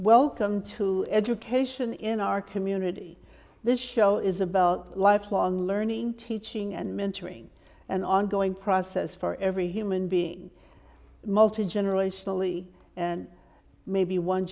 welcome to education in our community this show is about lifelong learning teaching and mentoring an ongoing process for every human being multi generational lee and maybe one